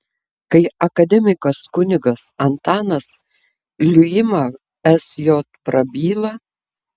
kai akademikas kunigas antanas liuima sj prabyla